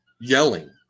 yelling